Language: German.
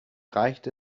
reicht